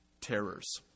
terrors